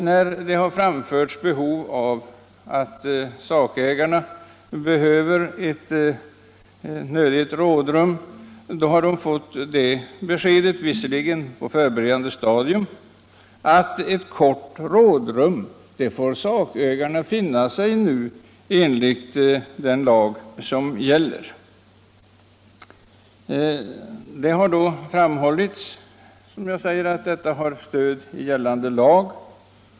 När man har anfört att sakägarna behöver rådrum har man nämligen — låt vara att detta varit på ett förberedande stadium — fått beskedet att sakägarna nu enligt den lag som gäller får finna sig i att få ett kort rådrum. Man har alltså framhållit att fastställandet av ett kort rådrum har stöd i gällande lag.